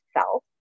self